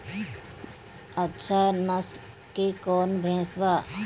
अच्छा नस्ल के कौन भैंस बा?